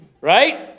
Right